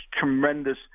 tremendous